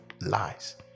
lies